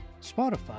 Spotify